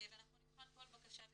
ואנחנו נבחן כל בקשה במהירות.